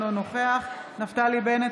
אינו נוכח נפתלי בנט,